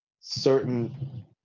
certain